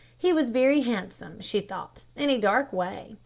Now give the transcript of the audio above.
he was very handsome, she thought, in a dark way,